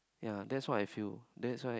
ya that's what I feel that's why